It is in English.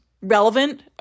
relevant